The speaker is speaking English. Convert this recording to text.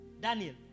Daniel